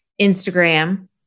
Instagram